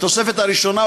בתוספת הראשונה,